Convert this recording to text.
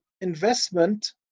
investment